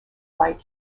like